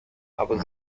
aber